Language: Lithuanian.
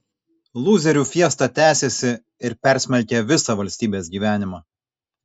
lūzerių fiesta tęsiasi ir persmelkia visą valstybės gyvenimą